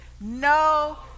No